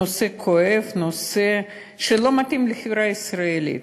נושא כואב, נושא שלא מתאים לחברה הישראלית,